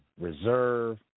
reserve